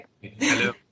Hello